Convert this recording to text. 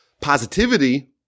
positivity